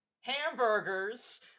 hamburgers